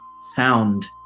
sound